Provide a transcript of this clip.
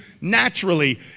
naturally